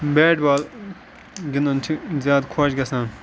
bat ball گِنٛدُن چھِ زیادٕ خۄش گژھان